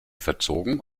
verzogen